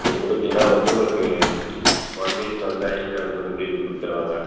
நீ கொடுத்தினா வந்து உனக்கு ஒன் வீக்கில் வந்து ஐடி கார்டு வந்து உனக்குத் திருப்பிக் கொடுத்துருவாங்க